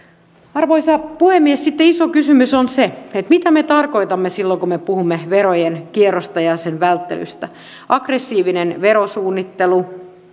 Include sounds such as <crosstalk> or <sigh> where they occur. arvoisa puhemies sitten iso kysymys on se mitä me tarkoitamme silloin kun me puhumme verojen kierrosta ja niiden välttelystä aggressiivinen verosuunnittelu <unintelligible>